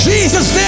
Jesus